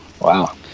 wow